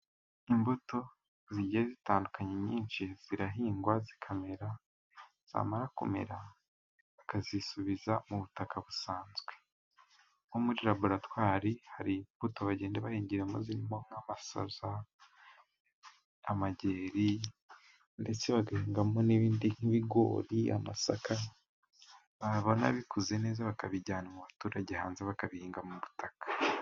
Imbuto zigiye zitandukanye nyinshi zirahingwa zikamera, zamara kumera bakazisubiza mu butaka busanzwe. Nko muri raboratwari hari imbuto bagenda bahingiramo zirimo nk'amashaza, amajeri ndetse bagahingamo n'ibindi nk'ibigori, amasaka, babona bikuze neza bakabijyana mu baturage hanze bakabihinga mu butaka.